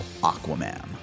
Aquaman